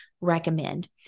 recommend